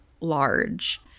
large